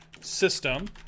system